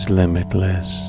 limitless